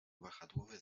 wahadłowy